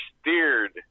steered